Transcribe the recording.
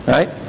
Right